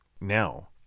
Now